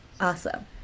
awesome